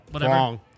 Wrong